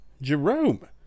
Jerome